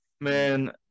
Man